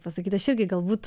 pasakyt aš irgi galbūt